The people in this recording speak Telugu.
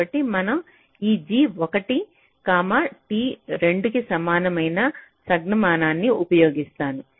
కాబట్టి మనం ఈ g 1 కామా t 2 కి సమానమైన సంజ్ఞామానాన్ని ఉపయోగిస్తాము